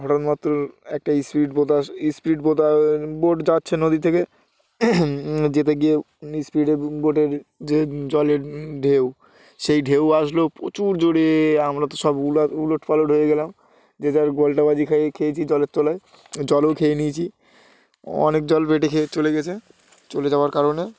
হঠাৎ মাত্র একটা speed boat speed boat boat যাচ্ছে নদী থেকে যেতে গিয়ে স্পিড বোটের যে জলের ঢেউ সেই ঢেউ আসলো প্রচুর জোরে আমরা তো সব উলাট উলট পালট হয়ে গেলাম যে যার গোল্টাবাজি খেয়ে খেয়েছি জলের তলায় জলও খেয়ে নিয়েছি অনেক জল পেটে খেয়ে চলে গেছে চলে যাওয়ার কারণে